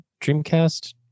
dreamcast